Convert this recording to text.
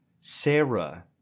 Sarah